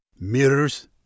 Mirrors